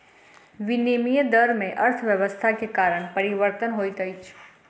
विनिमय दर में अर्थव्यवस्था के कारण परिवर्तन होइत अछि